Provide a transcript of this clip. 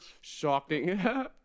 shocking